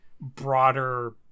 broader